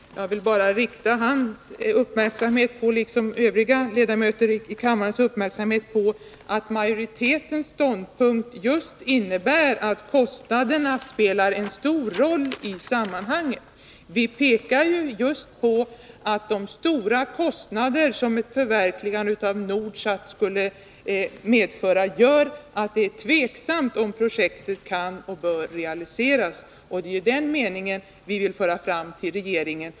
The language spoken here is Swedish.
Jag vill bara rikta hans, liksom övriga ledamöters i kammaren, uppmärksamhet på att majoritetens ståndpunkt just innebär att kostnaderna spelar en stor roll i sammanhanget. Vi pekar just på att de stora kostnader ett förverkligande av Nordsat skulle medföra gör att det är tveksamt om projektet kan och bör realiseras. Det är den meningen vi vill föra fram till regeringen.